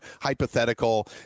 hypothetical